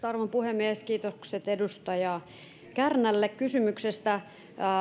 arvon puhemies kiitokset edustaja kärnälle kysymyksestä